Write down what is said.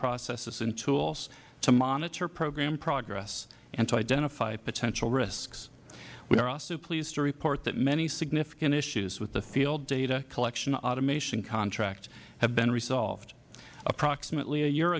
processes and tools to monitor program progress and to identify potential risks we are also pleased to report that many significant issues with the field data collection automation control have been resolved approximately a year